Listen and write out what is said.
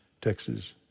Texas